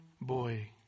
boy